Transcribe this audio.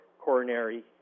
coronary